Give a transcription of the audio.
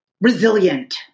resilient